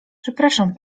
przepraszam